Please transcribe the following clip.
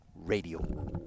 radio